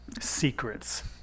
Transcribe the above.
secrets